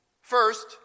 First